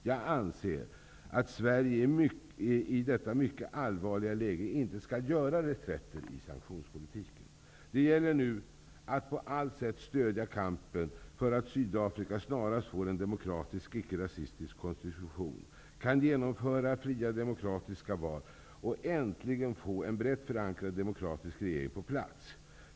Jag anser att Sverige i detta mycket allvarliga läge inte skall göra reträtter i sanktionspolitiken. Det gäller nu att på allt sätt stödja kampen för att Sydafrika snarast får en demokratisk icke-rasistisk konstitution, kan genomföra fria och demokratiska val och äntligen få en brett förankrad demokratisk regering på plats.